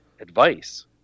advice